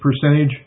percentage